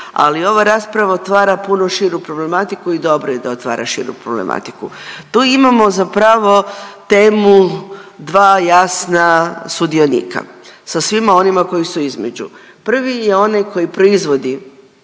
ali ova rasprava otvara puno širu problematiku i dobro je da otvara širu problematiku. Tu imamo zapravo temu dva jasna sudionika sa svima onima koji su između. Prvi je onaj koji proizvodi